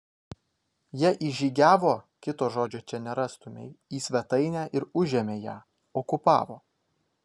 jie įžygiavo kito žodžio čia nerastumei į svetainę ir užėmė ją okupavo